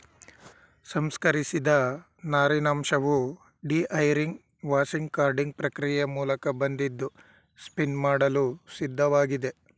ಸಂಸ್ಕರಿಸಿದ ನಾರಿನಂಶವು dehairing washing carding ಪ್ರಕ್ರಿಯೆ ಮೂಲಕ ಬಂದಿದ್ದು ಸ್ಪಿನ್ ಮಾಡಲು ಸಿದ್ಧವಾಗಿದೆ